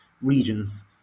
regions